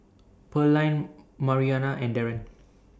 Pearline Marianita and Darren